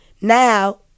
now